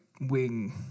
wing